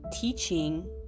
teaching